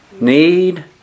need